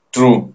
True